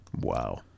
Wow